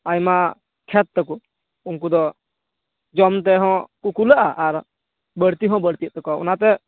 ᱟᱭᱢᱟ ᱠᱷᱮᱛ ᱛᱟᱠᱚ ᱩᱱᱠᱩᱫᱚ ᱡᱚᱢᱛᱮ ᱦᱚᱸ ᱠᱚ ᱠᱩᱞᱟᱹᱭᱟ ᱟᱨ ᱵᱟᱹᱲᱛᱤ ᱦᱚᱸ ᱵᱟᱹᱲᱛᱤ ᱛᱟᱠᱚ ᱚᱱᱟᱯᱮ